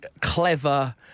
clever